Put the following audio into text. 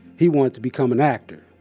he wanted to become an actor,